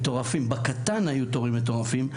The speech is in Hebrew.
בקטן היו תורים מטורפים.